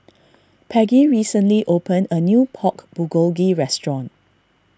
Peggie recently opened a new Pork Bulgogi restaurant